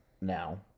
now